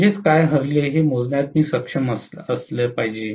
म्हणजे काय हरले हे मोजण्यात मी सक्षम असावे